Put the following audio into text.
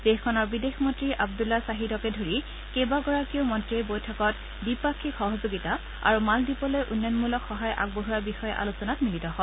দেশখনৰ বিদেশমন্ত্ৰী আব্দুলা ছাহিদকে ধৰি কেইবাগৰাকীও মন্ত্ৰীয়ে বৈঠকত দ্বিপাক্ষিক সহযোগিতা আৰু মালদীপলৈ উন্নয়নমূলক সহায় আগবঢ়োৱাৰ বিষয়ে আলোচনাত মিলিত হয়